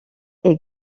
est